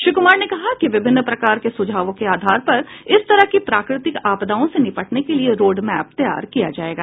श्री कुमार ने कहा कि विभिन्न प्रकार के सुझावों के आधार पर इस तरह की प्राकृतिक आपदाओं से निपटने के लिये रोड मैप तैयार किया जायेगा